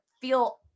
feel